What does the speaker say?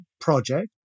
project